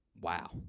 Wow